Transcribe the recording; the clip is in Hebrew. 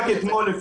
רק אתמול,